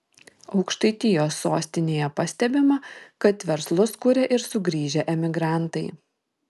aukštaitijos sostinėje pastebima kad verslus kuria ir sugrįžę emigrantai